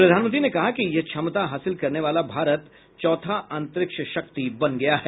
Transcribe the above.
प्रधानमंत्री ने कहा कि यह क्षमता हासिल करने वाला भारत चौथी अंतरिक्ष शक्ति बन गया है